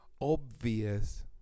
Obvious